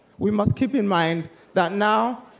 we must keep in mind that now,